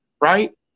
Right